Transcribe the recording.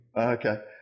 Okay